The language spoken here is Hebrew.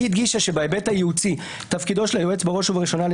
היא הדגישה שבהיבט הייעוצי תפקידו של היועץ בראש ובראשונה הוא